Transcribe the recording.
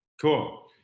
Cool